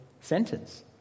sentence